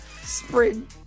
Spring